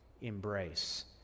embrace